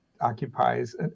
occupies